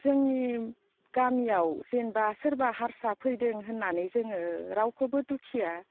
जोंनि गामियाव जेनेबा सोरबा हारसा फैदों होननानै जोङो रावखौबो दुखिया